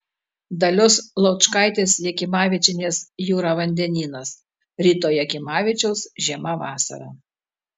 dalios laučkaitės jakimavičienės jūra vandenynas ryto jakimavičiaus žiemą vasarą